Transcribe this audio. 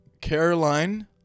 Caroline